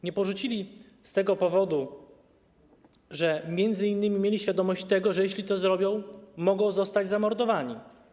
Nie porzucili z tego powodu, że m.in. mieli świadomość tego, że jeśli to zrobią, mogą zostać zamordowani.